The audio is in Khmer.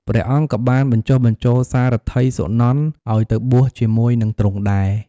ព្រះអង្គក៏បានបញ្ចុះបញ្ចូលសារថីសុនន្ទឱ្យទៅបួសជាមួយនិងទ្រង់ដែរ។